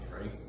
right